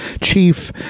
chief